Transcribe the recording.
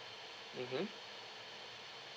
mmhmm